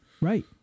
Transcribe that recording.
Right